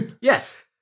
Yes